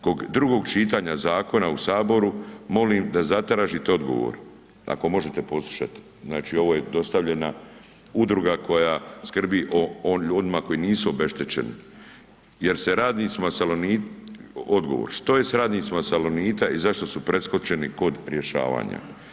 Kod drugog čitanja zakona u Saboru, molim da zatražite odgovor, ako možete poslušati, znači ovo je dostavljena udruga koja skrbi o onima koji nisu obeštećeni jer se radnicima, odgovor, što je s radnicima „Salonita“ i zašto su preskočeni kod rješavanja.